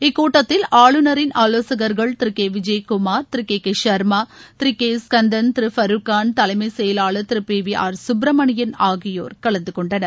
இக்கூட்டத்தில் ஆளுநரின் ஆலோசகர்கள் Thiru K Vijayakumar Thiru K K Sharma Thiru K Skandan Thiru Farooq Khan தலைமை செயலாளர் Thiru B V R Subrahmanyam ஆகியோர் கலந்தகொண்டனர்